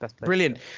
Brilliant